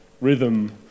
rhythm